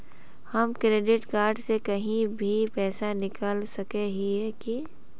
हम credit card से कहीं भी पैसा निकल सके हिये की?